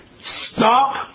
Stop